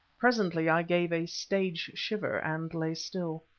presently i gave a stage shiver and lay still.